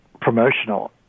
promotional